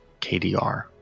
kdr